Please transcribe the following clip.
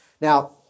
Now